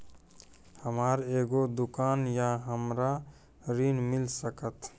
हमर एगो दुकान या हमरा ऋण मिल सकत?